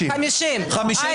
בערך 50. עכשיו עאידה.